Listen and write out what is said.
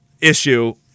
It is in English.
issue